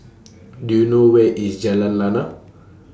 Do YOU know Where IS Jalan Lana